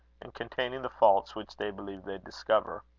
and containing the faults which they believe they discover.